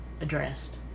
addressed